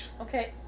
Okay